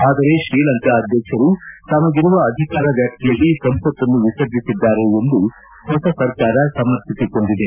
ಆದರೆ ಶ್ರೀಲಂಕಾ ಅಧ್ಯಕ್ಷರು ತಮಗಿರುವ ಅಧಿಕಾರ ವ್ಯಾಪ್ತಿಯಲ್ಲಿ ಸಂಸತ್ತನ್ನು ವಿಸರ್ಜಿಸಿದ್ದಾರೆ ಎಂದು ಹೊಸ ಸರ್ಕಾರ ಸಮರ್ಥಿಸಿಕೊಂಡಿದೆ